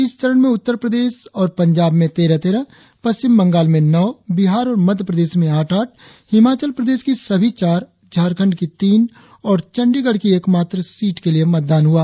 इस चरण में उत्तर प्रदेश और पंजाब में तेरह तेरह पश्चिम बंगाल में नौ बिहार और मध्य प्रदेश में आठ आठ हिमाचल प्रदेश की सभी चार झारखंड की तीन और चंडीगढ़ की एकमात्र सीट के लिए मतदान हुआ